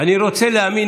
אני רוצה להאמין,